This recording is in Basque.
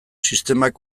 sistemak